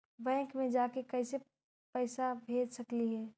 Bank मे जाके कैसे पैसा भेज सकली हे?